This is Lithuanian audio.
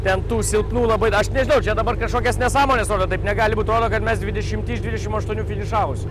ten tų silpnų labai aš nežinau čia dabar kažkokias nesąmones rodo taip negali būt rodo mes dvidešimti iš dvidešim aštuonių finišavusių